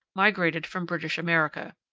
migrated from british america.